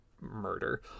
murder